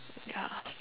ya